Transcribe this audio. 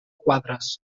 quadres